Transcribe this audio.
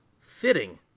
fitting